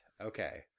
Okay